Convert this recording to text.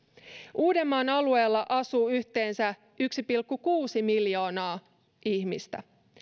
uudenmaan alueella asuu yhteensä yksi pilkku kuusi miljoonaa ihmistä